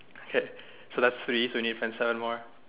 okay so that's three so we need to find seven more